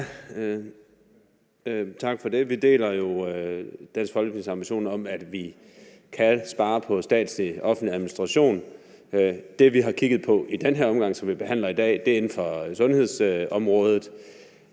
Dansk Folkepartis ambition om, at vi kan spare på statslig, offentlig administration. Det, vi har kigget på i den her omgang, og som vi behandler i dag, er inden for sundhedsområdet.